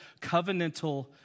covenantal